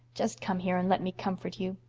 just come here and let me comfort you.